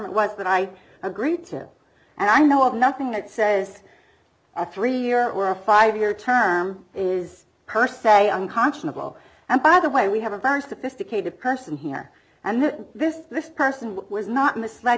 it was that i agreed to and i know of nothing that says a three year or a five year term is per se unconscionable and by the way we have a very sophisticated person here and this this person was not misled